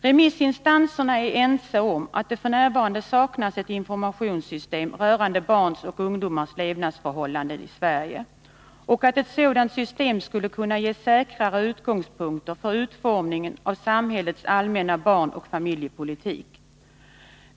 Remissinstanserna är ense om att det f. n. saknas ett informationssystem rörande barns och ungdomars levnadsförhållanden i Sverige och att ett sådant system skulle kunna ges säkrare utgångspunkter för utformningen av samhällets allmänna barnoch familjepolitik.